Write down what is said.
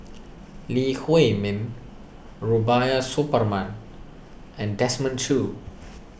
Lee Huei Min Rubiah Suparman and Desmond Choo